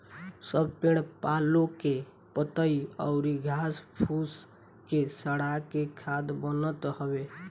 सब पेड़ पालो के पतइ अउरी घास फूस के सड़ा के खाद बनत हवे